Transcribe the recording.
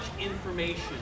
information